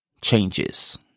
changes